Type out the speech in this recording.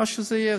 מה שזה יהיה,